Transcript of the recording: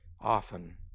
often